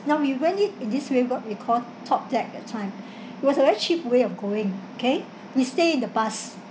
now we went it in this way what we call top deck that time it was a very cheap way of going okay we stay in the bus